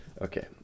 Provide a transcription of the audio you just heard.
Okay